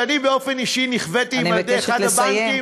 שאני באופן אישי נכוויתי מאחד הבנקים,